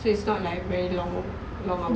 so it's not like very long hours